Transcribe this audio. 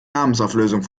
namensauflösung